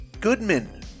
Goodman